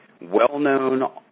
well-known